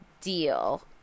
deal